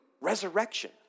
Resurrection